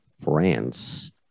France